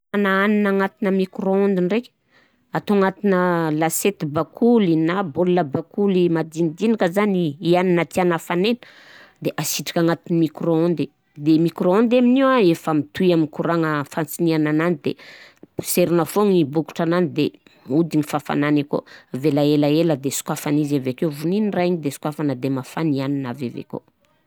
Ana hanina agnaty micro-onde ndraiky, atao agnatina lasety bakoly na bôl bakoly madinidinika zany i hanina tianà hafanaina de asitrika agnatin'ny micro-onde, de mico-onde amnio an efa mitohy amin'ny courant-gna fansignaignanany de poserina foana i bokotranany de mihodigna fafanany akao, avela elaela de sokafagna izy avekeo, vonigny raha igny de sokafana de mafana i hanina igny avy avakô.